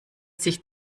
sich